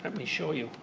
and me show you,